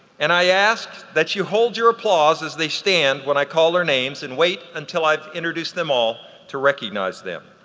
and i ask that you hold your applause as they stand when i call their names and wait until i've introduced them all to recognize them.